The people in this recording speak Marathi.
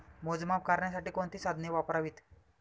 मोजमाप करण्यासाठी कोणती साधने वापरावीत?